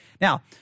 Now